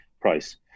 price